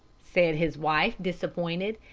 said his wife, disappointed.